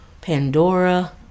Pandora